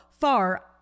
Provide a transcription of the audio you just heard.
far